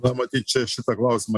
na matyt čia šitą klausimą